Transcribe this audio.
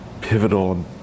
pivotal